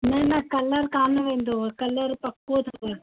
न न कलर कान वेंदव कलर पको अथव